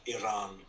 Iran